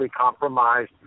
compromised